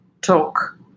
talk